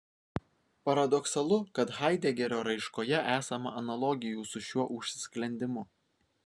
paradoksalu kad haidegerio raiškoje esama analogijų su šiuo užsisklendimu